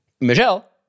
Michelle